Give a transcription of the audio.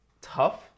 tough